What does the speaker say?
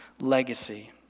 legacy